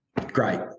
great